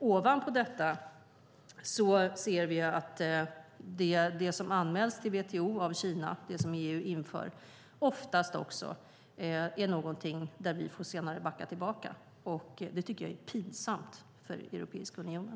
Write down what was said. Ovanpå detta ser vi att när det gäller det som EU inför som anmäls till WTO av Kina får vi oftast backa tillbaka. Det tycker jag är pinsamt för Europeiska unionen.